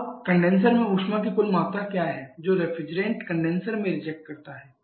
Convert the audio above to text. अब कंडेनसर में ऊष्मा की कुल मात्रा क्या है जो रेफ्रिजरेंट कंडेनसर में रिजेक्ट करता है